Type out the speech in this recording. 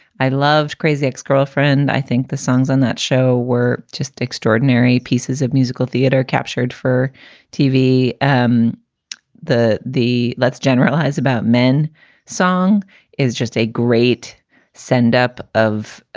i loved crazy ex-girlfriend. i think the songs on that show were just extraordinary pieces of musical theater captured for tv and um the the let's generalize about men song is just a great send up of